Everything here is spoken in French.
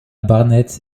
barnett